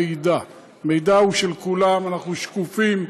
המידע הוא של כולם, אנחנו שקופים,